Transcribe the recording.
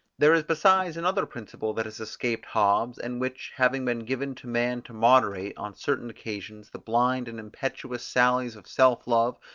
there is besides another principle that has escaped hobbes, and which, having been given to man to moderate, on certain occasions, the blind and impetuous sallies of self-love,